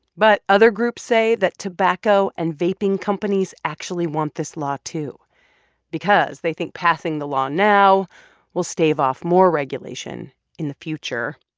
but other groups say that tobacco and vaping companies actually want this law too because they think passing the law now will stave off more regulation in the future.